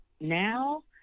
Now